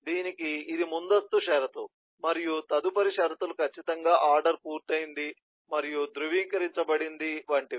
దీనికి ఇది ముందస్తు షరతు మరియు తదుపరి షరతులు ఖచ్చితంగా ఆర్డర్ పూర్తయింది మరియు ధృవీకరించబడింది వంటివి